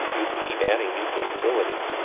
you can keep adding new capabilities.